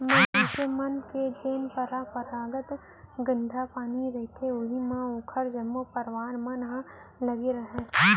मनसे मन के जेन परपंरागत धंधा पानी रहय उही म ओखर जम्मो परवार मन ह लगे रहय